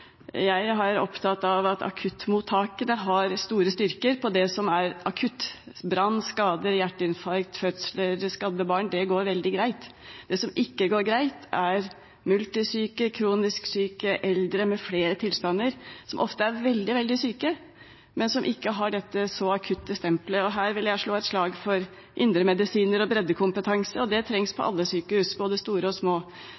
Jeg er opptatt av at akuttmottakene har stor styrke innen det som er akutt, som brannskader, hjerteinfarkt, fødsler og skadde barn. Det går veldig greit. Det som ikke går greit, er når det handler om multisyke, kronisk syke og eldre med flere tilstander, som ofte er veldig, veldig syke, men som ikke har dette akuttstempelet. Jeg vil her slå et slag for indremedisinere og breddekompetanse. Det trengs på alle sykehus, både store og små.